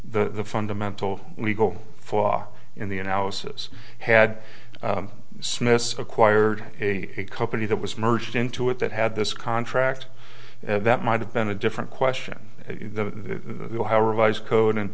the fundamental legal flaw in the analysis had smith acquired a company that was merged into it that had this contract that might have been a different question they'll have a revised code and